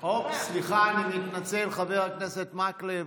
סליחה, אני מתנצל, חבר הכנסת מקלב,